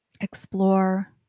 explore